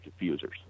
diffusers